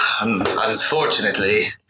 Unfortunately